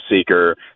seeker